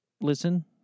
listen